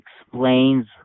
explains